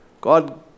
God